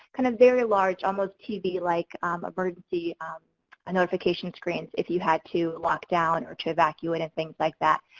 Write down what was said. kind of very large, almost tv like emergency ah notification screens, if you had to lockdown, or to evacuate, and things like that.